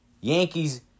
Yankees